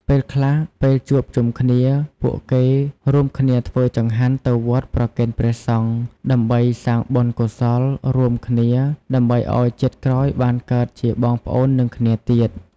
ពេលខ្លះ ពេលជួបជុំគ្នា ពួកគេរួមគ្នាធ្វើចង្ហាន់ទៅវត្តប្រគេនព្រះសង្ឃ ដើម្បីសាងបុណ្យកុសលរួមគ្នា ដើម្បីឱ្យជាតិក្រោយបានកើតជាបងប្អូននឹងគ្នាទៀត។